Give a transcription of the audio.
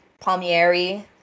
Palmieri